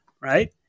right